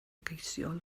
geisio